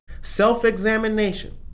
Self-examination